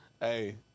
Hey